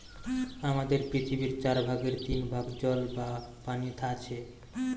আমাদের পৃথিবীর চার ভাগের তিন ভাগ জল বা পানি আছে